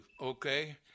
okay